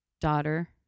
daughter